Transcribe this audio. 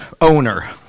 owner